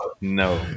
no